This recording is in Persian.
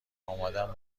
آمادم